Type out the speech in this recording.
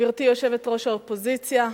גברתי יושבת-ראש האופוזיציה,